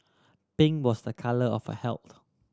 pink was a colour of health